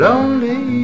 Lonely